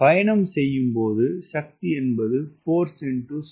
பயணம் செய்யும் போது சக்தி என்பது Force x Speed